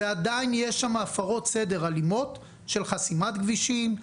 ועדיין יש שם הפרות סדר אלימות של חסימת כבישים,